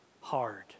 hard